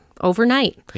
overnight